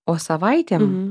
o savaitėm